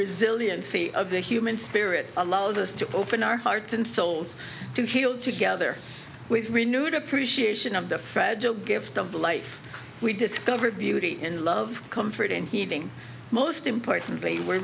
resiliency of the human spirit allows us to open our hearts and souls to heal together with renewed appreciation of the fragile gift of life we discovered beauty in love comfort and heeding most importantly we're